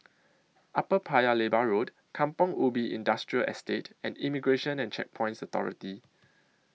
Upper Paya Lebar Road Kampong Ubi Industrial Estate and Immigration and Checkpoints Authority